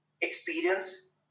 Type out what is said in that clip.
experience